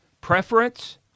preference